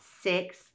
Six